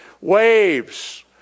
waves